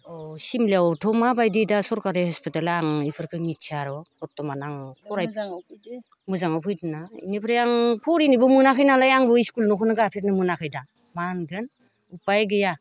अ सिमलायावथ' माबायदि दा सरखारि हस्पिताला आं इफोरखो मिथियार' बर्तमान आं मोजाङाव फैदोना इनिफ्राय आं फरिनोबो मोनाखै नालाय आं इस्कुलनि न'खोनो गाफेरनो मोनाखै दा मा होनगोन उफाय गैया